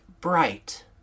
bright